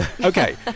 Okay